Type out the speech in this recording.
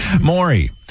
maury